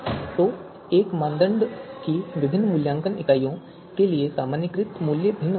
तो एक मानदंड की विभिन्न मूल्यांकन इकाइयों के लिए सामान्यीकृत मूल्य भिन्न हो सकता है